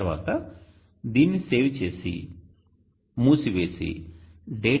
తర్వాత దీన్ని సేవ్ చేసి మూసివేసి data